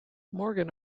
morgan